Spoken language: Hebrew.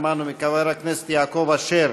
שמענו מחבר הכנסת יעקב אשר